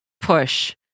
push